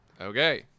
Okay